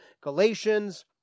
Galatians